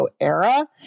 era